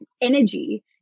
energy